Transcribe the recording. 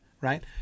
right